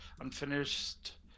Unfinished